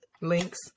links